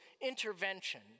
intervention